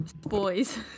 boys